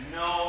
no